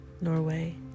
Norway